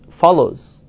follows